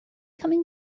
coming